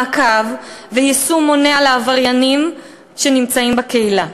מעקב ושיקום מונע לעבריינים שנמצאים בקהילה.